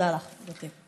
תודה לך, גברתי.